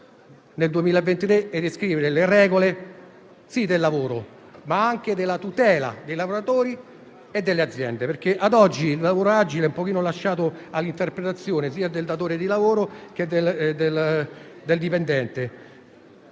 nel 2023 è riscrivere le regole del lavoro, ma anche della tutela dei lavoratori e delle aziende, perché ad oggi il lavoro agile è lasciato all'interpretazione e alla discrezionalità sia del datore di lavoro che del dipendente,